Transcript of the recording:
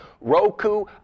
Roku